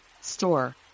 store